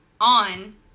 on